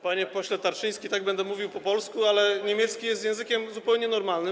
Panie pośle Tarczyński, tak, będę mówił po polsku, ale niemiecki jest językiem zupełnie normalnym.